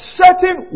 certain